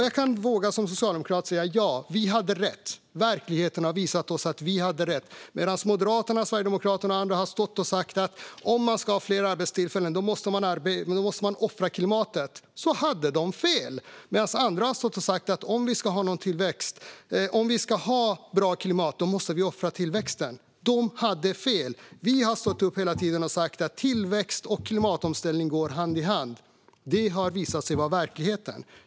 Som socialdemokrat vågar jag säga: Ja, vi hade rätt. Verkligheten har visat oss att vi hade rätt, medan Moderaterna, Sverigedemokraterna och andra har stått och sagt att om man ska ha fler arbetstillfällen måste man offra klimatet. Men de hade fel. De som har stått och sagt att om vi ska ha ett bra klimat måste vi offra tillväxten hade fel. Vi har hela tiden stått upp och sagt att tillväxt och klimatomställning går hand i hand. Det har visat sig vara verkligheten.